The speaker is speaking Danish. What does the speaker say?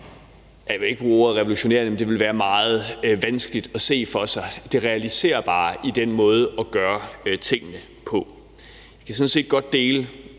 jeg vil ikke bruge ordet revolutionerende, men det ville være meget vanskeligt at se det realiserbare i den måde at gøre tingene på for sig. Jeg kan sådan set godt dele